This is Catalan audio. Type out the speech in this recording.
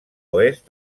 oest